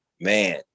Man